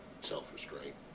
self-restraint